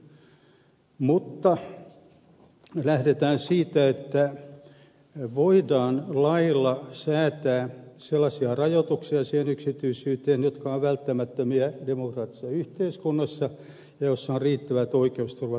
samalla lähdetään siitä että lailla voidaan säätää yksityisyy teen sellaisia rajoituksia jotka ovat välttämättömiä demokraattisessa yhteiskunnassa ja joissa on riittävät oikeusturvatakeet